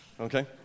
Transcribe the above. Okay